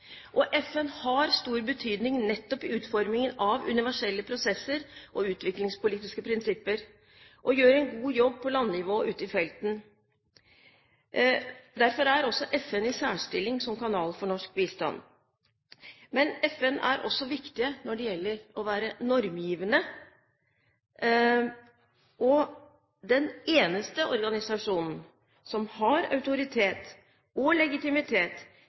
FN har stor betydning nettopp i utformingen av universelle prosesser og utviklingspolitiske prinsipper og gjør en god jobb på landnivå ute i felten. Derfor er også FN i særstilling som kanal for norsk bistand. Men FN er også viktig når det gjelder å være normgivende og er den eneste organisasjonen som har autoritet og legitimitet